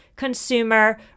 Consumer